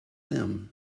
them